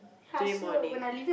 today morning